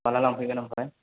माब्ला लांफैगोन ओमफ्राय